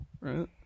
right